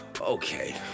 Okay